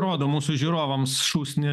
rodo mūsų žiūrovams šūsnį